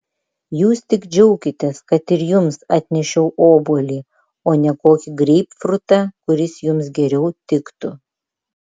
jūs tik džiaukitės kad ir jums atnešiau obuolį o ne kokį greipfrutą kuris jums geriau tiktų